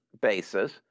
basis